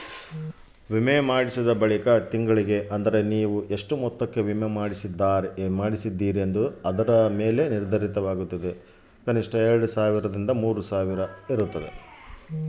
ವಿಮೆ ಮಾಡಿಸಿದ ಬಳಿಕ ತಿಂಗಳಿಗೆ ಎಷ್ಟು ದುಡ್ಡು ಕಟ್ಟಬೇಕು?